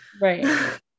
right